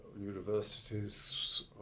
universities